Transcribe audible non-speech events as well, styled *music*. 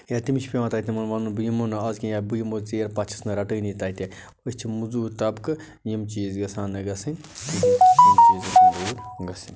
یا تٔمِس چھِ پٮ۪وان تَتہِ تِمن وَنُن بہٕ یمہو نہٕ آز کیٚنٛہہ یا بہٕ یِمو ژیر پتہٕ چھِس نہٕ راٹٲنی تَتہِ أسۍ چھِ مٔزوٗر طبقہِ یِم چیٖز گَژھان نہٕ گَژھٕنۍ *unintelligible* گَژھٕنۍ